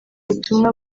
ubutumwa